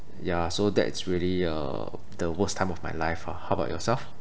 ya so that's really uh the worst time of my life ah how about yourself